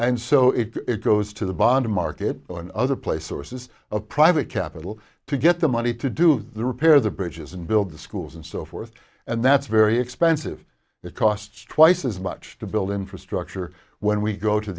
and so if it goes to the bond market or another place or says of private capital to get the money to do the repair the bridges and build the schools and so forth and that's very expensive it costs twice as my to build infrastructure when we go to